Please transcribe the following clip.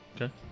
Okay